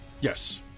Yes